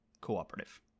cooperative